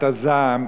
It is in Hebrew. את הזעם,